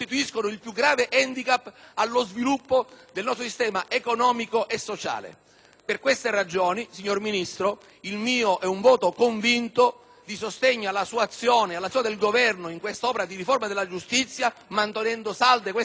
Per queste ragioni, signor Ministro, il mio è un voto convinto di sostegno alla sua azione ed a quella del Governo in quest'opera di riforma della giustizia, mantenendo salde queste premesse. Voterò pertanto in senso favorevole alla proposta